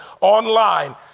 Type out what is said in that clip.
online